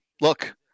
look